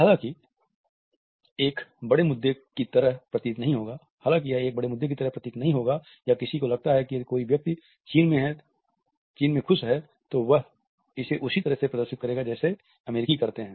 हालांकि यह एक बड़े मुद्दे की तरह प्रतीत नहीं होगा या किसी को लगता है कि यदि कोई व्यक्ति चीन में खुश है तो वह इसे उसी तरह से प्रदर्शित करेगा जैसे कि अमेरिकी करते हैं